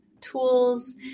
tools